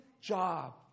job